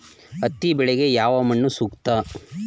ಹತ್ತಿ ಬೆಳೆಗೆ ಯಾವ ಮಣ್ಣು ಸೂಕ್ತ?